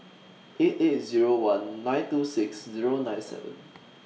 eight eight Zero one nine two six Zero nine seven